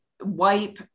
wipe